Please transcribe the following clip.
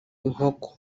inkoko